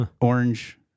Orange